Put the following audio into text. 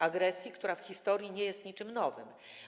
Agresji, która w historii nie jest niczym nowym.